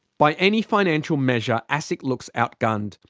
by any financial measure, asic looks outgunned.